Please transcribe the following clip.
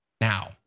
now